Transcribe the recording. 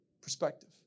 perspective